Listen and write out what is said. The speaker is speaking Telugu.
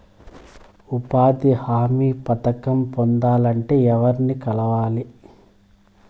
ఉపాధి హామీ పథకం పొందాలంటే ఎవర్ని కలవాలి?